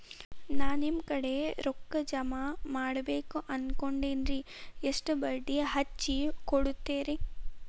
ನಾ ನಿಮ್ಮ ಕಡೆ ರೊಕ್ಕ ಜಮಾ ಮಾಡಬೇಕು ಅನ್ಕೊಂಡೆನ್ರಿ, ಎಷ್ಟು ಬಡ್ಡಿ ಹಚ್ಚಿಕೊಡುತ್ತೇರಿ?